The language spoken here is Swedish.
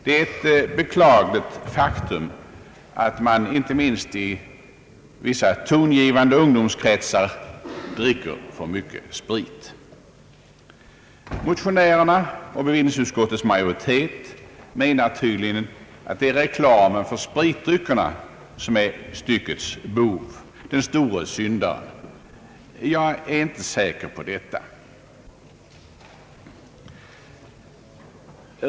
Det är ett beklagligt faktum att man inte minst i vissa tongivande ungdomskretsar dricker för mycket sprit. Motionärerna och bevillningsutskottets majoritet menar tydligen, att det är reklamen för spritdryckerna som är styckets bov, den store syndaren. Jag är inte så säker på det.